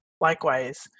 likewise